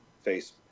face